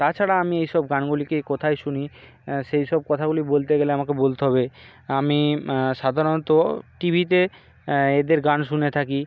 তাছাড়া আমি এই সব গানগুলিকে কোথায় শুনি সেই সব কথাগুলি বলতে গেলে আমাকে বলতে হবে আমি সাধারণত টিভিতে এদের গান শুনে থাকি